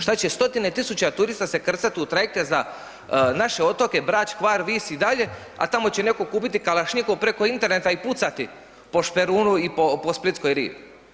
Što će stotine tisuća turista se krcat u trajekte za naše otoke, Brač, Hvar, Vis i dalje, a tamo će netko kupiti kalašnjikov preko interneta i pucati po Šperunu i po splitskoj rivi.